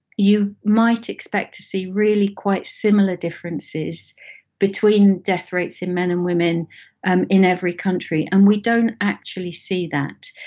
you might expect to see really quite similar differences between death rates in men and women and in every country, and we don't actually see that.